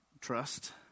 trust